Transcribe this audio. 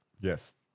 Yes